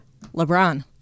LeBron